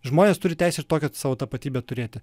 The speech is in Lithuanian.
žmonės turi teisę ir tokią savo tapatybę turėti